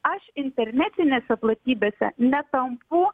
aš internetinėse platybėse netampu